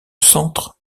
centre